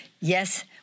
yes